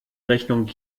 rechnung